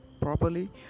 properly